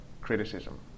criticism